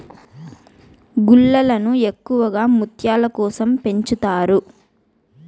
గుల్లలను ఎక్కువగా ముత్యాల కోసం పెంచుతారు